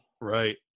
Right